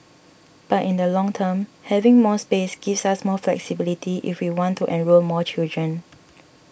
but in the long term having more space gives us more flexibility if we want to enrol more children